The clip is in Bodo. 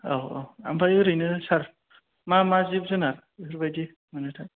औ औ ओमफाय ओरैनो सार मा मा जिब जुनार बेफोरबायदि मोनोथाय